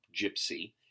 gypsy